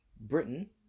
Britain